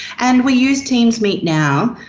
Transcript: and we used teams meet now,